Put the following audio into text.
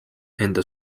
enda